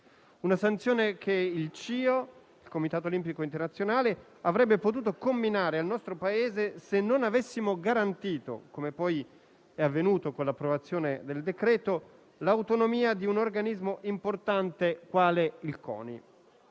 una sanzione che il Comitato olimpico internazionale (CIO) avrebbe potuto comminare al nostro Paese, se non avessimo garantito, come poi è avvenuto con l'approvazione del decreto, l'autonomia di un organismo importante quale il CONI: